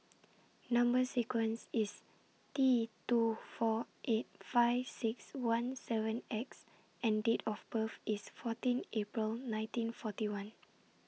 Number sequence IS T two four eight five six one seven X and Date of birth IS fourteen April nineteen forty one